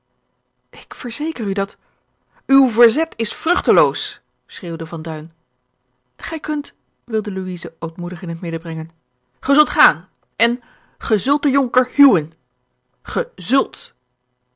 ik verzeker u dat uw verzet is vruchteloos schreeuwde van duin gij kunt wilde louise ootmoedig in het midden brengen ge zult gaan en ge zult den jonker huwen ge zult